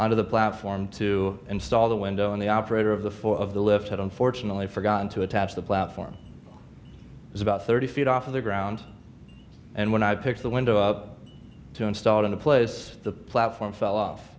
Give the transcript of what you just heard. onto the platform to install the window on the operator of the floor of the lift that unfortunately forgot to attach the platform it was about thirty feet off of the ground and when i picked the window up to install it into place the platform fell off